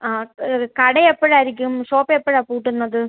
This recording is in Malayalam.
ആ കട എപ്പോഴായിരിക്കും ഷോപ്പ് എപ്പോഴാണ് പൂട്ടുന്നത്